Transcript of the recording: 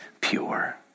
pure